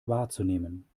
wahrzunehmen